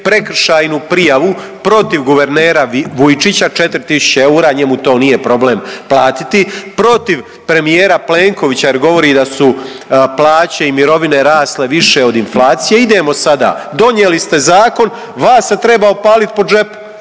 prekršajnu prijavu protiv guvernera Vujčića 4.000 eura njemu to nije problem platiti. Protiv premijera Plenkovića jer govori da su plaće i mirovine rasle više od inflacije. Idemo sada donijeli ste zakon, vas se treba opalit po džepu